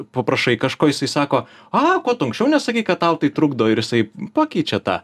paprašai kažko jisai sako a ko tu anksčiau nesakei kad tau tai trukdo ir jisai pakeičia tą